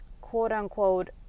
quote-unquote